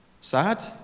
Sad